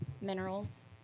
minerals